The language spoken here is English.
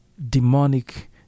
demonic